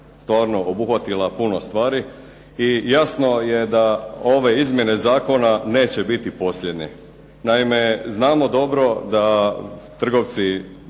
stvarno obuhvatila puno stvari i jasno je da ove izmjene zakona neće biti posljednje. Naime, znamo dobro da trgovci